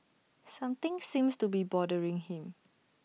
something seems to be bothering him